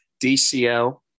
DCL